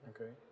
okay